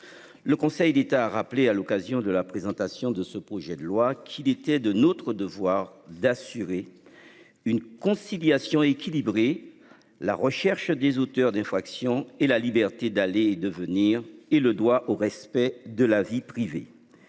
Le Conseil d'État a rappelé à l'occasion de la présentation de ce projet de loi qu'il était de notre devoir d'assurer. Une conciliation équilibrée la recherche des auteurs d'infractions et la liberté d'aller et de venir et le droit au respect de la vie privée.